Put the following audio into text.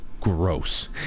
gross